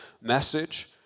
message